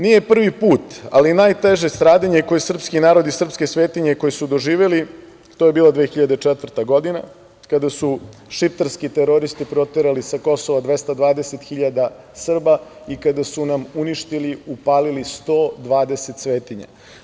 Nije prvi put, ali najteže stradanje koje je srpski narod i srpske svetinje doživeli, to je bilo 2004. godina, kada su šiptarski teroristi proterali sa Kosova 220.000 Srba i kada su nam uništili, upalili 120 svetinja.